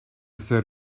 zer